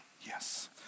Yes